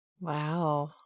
wow